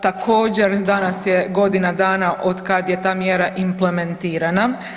Također danas je godina dana od kad je ta mjera implementirana.